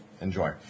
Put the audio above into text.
enjoy